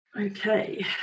Okay